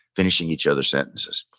finishing each other's sentences.